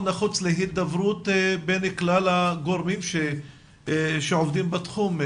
נחוץ להידברות בן כלל הגורמים שעובדים בתחום,